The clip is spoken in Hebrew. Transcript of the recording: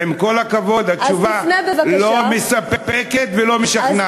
עם כל הכבוד, התשובה לא מספקת ולא משכנעת.